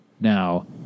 now